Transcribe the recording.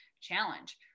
challenge